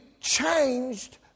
changed